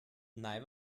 naj